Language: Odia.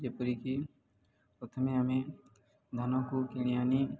ଯେପରିକି ପ୍ରଥମେ ଆମେ ଧାନକୁ କିଣି ଆଣି